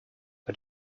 but